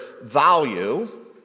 value